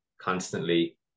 constantly